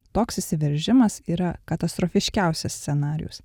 toks išsiveržimas yra katastrofiškiausias scenarijus